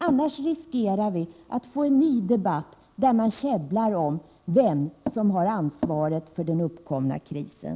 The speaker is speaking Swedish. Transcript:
Annars riskerar vi att få en ny debatt, där man käbblar om vem som har ansvaret för den uppkomna krisen.